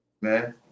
man